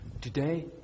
today